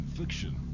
fiction